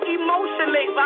emotionally